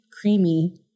creamy